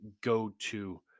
go-to